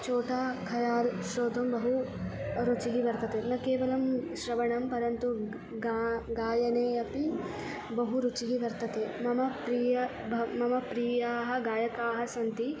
छोटा खयाल् श्रोतुं बहु रुचिः वर्तते न केवलं श्रवणं परन्तु ग् गा गायने अपि बहु रुचिः वर्तते मम प्रियः भवति म प्रियाः गायकाः सन्ति